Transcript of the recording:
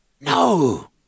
No